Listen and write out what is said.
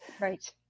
Right